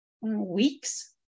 weeks